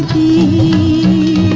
e.